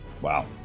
wow